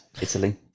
Italy